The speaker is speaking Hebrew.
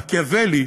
מקיאוולי